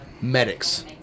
medics